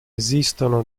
esistono